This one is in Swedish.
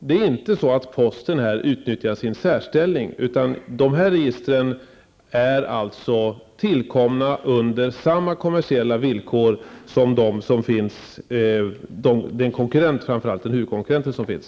Posten utnyttjar inte på något vis sin särställning, utan registren är tillkomna under samma villkor som gäller för den huvudkonkurrent som finns.